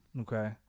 okay